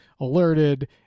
alerted